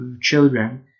children